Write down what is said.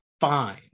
fine